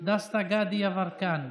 דסטה גדי יברקן,